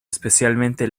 especialmente